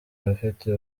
abafite